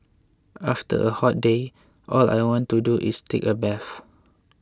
after a hot day all I want to do is take a bath